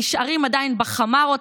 נשארים עדיין בחמארות,